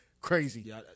Crazy